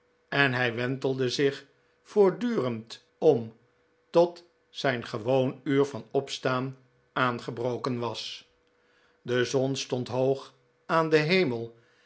en hij wcnteldc zich voortdurend om tot zijn gewoon uur van opstaan aangebroken was de zon stond hoog aan den hemel